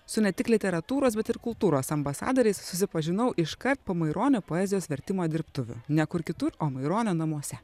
su ne tik literatūros bet ir kultūros ambasadoriais susipažinau iškart po maironio poezijos vertimo dirbtuvių ne kur kitur o maironio namuose